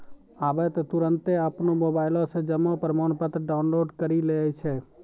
आबै त तुरन्ते अपनो मोबाइलो से जमा प्रमाणपत्र डाउनलोड करि लै छै